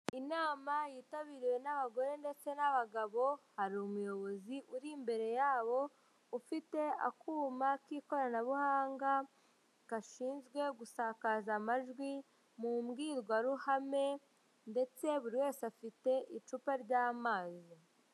inama yitabiriwe n'abagore ndetse n'abagabo hari umuyobozi uri imbere yabo ufite akuma k'ikoranabuhanga gashinzwe gusakaza amajwi mu mbwirwaruhame ndetse buri wese afite icupa ry'amazi